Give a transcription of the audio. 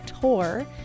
tour